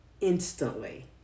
instantly